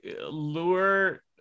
lure